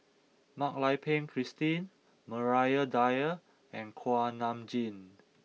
Mak Lai Peng Christine Maria Dyer and Kuak Nam Jin